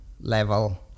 level